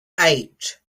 eight